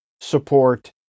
support